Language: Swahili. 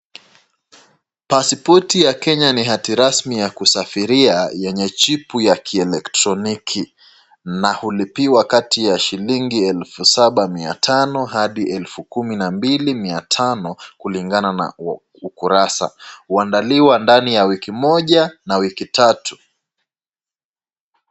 Posipoti ya Kenya ni hati rasmi ya kusafiria yenye chipi ya kielektroniki na hulipiwa kati ya shilingi elfu saba mia tano hadi elfu kumi na mbili mia tano kulingana na ukurasa. Huandaliwa ndani ya wiki moja na wiki tatu.